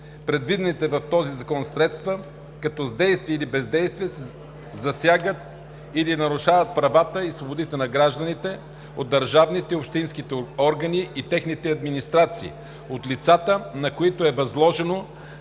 предвидените в този закон средства, когато с действие или бездействие се засягат или нарушават правата и свободите на гражданите от държавните и общинските органи и техните администрации, от лицата, на които е възложено